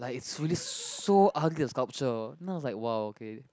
like it's really so ugly the sculpture then I was like !wow! okay